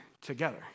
together